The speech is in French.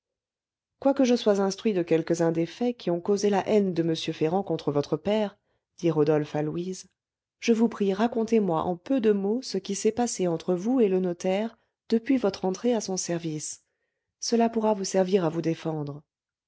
quoique je sois instruit de quelques-uns des faits qui ont causé la haine de m ferrand contre votre père dit rodolphe à louise je vous prie racontez-moi en peu de mots ce qui s'est passé entre vous et le notaire depuis votre entrée à son service cela pourra servir à vous défendre